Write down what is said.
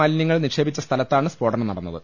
മാലിന്യങ്ങൾ നിക്ഷേപിച്ച സ്ഥലത്താണ് സ്ഫോടനം നടന്നത്